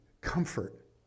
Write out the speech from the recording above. comfort